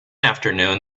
afternoon